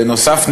בנוסף,